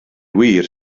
wir